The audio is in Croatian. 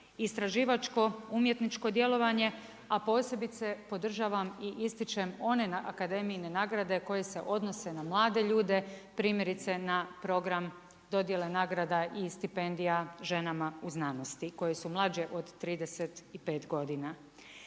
istraživačko umjetničko djelovanje, a posebice podržavam i ističem one akademijine nagrade koje se odnose na mlade ljude primjerice na program dodjela nagrada i stipendija ženama u znanosti koje su mlađe od 35 godina.